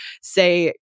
say